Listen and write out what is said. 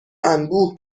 انبوه